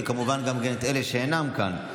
וכמובן גם של אלה שאינם כאן.